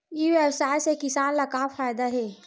ई व्यवसाय से किसान ला का फ़ायदा हे?